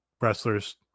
wrestlers